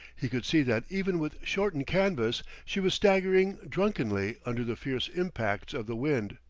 he could see that even with shortened canvas she was staggering drunkenly under the fierce impacts of the wind.